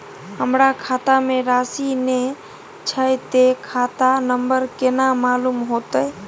हमरा खाता में राशि ने छै ते खाता नंबर केना मालूम होते?